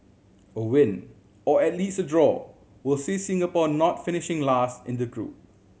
a win or at least a draw will see Singapore not finishing last in the group